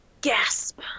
Gasp